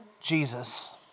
Jesus